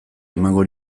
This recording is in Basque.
emango